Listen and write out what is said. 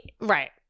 Right